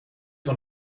van